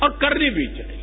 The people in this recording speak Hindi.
और करनी भी चाहिए